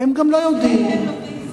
גם אין להם איך להגיע לכנסת,